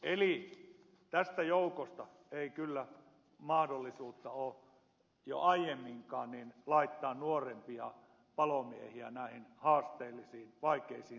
eli tästä joukosta ei kyllä mahdollisuutta ole jo aiemminkaan laittaa nuorempia palomiehiä näihin haasteellisiin vaikeisiin tilanteisiin